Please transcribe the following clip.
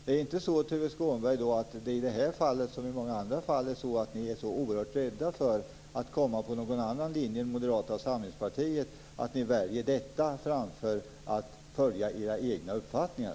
Är det inte så, Tuve Skånberg, att ni i det här fallet som i många andra fall är så oerhört rädda för att komma på någon annan linje än Moderata samlingspartiet att ni väljer att yrka avslag i stället för att följa era egna uppfattningar?